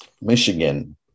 Michigan